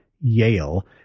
Yale